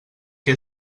que